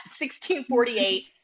1648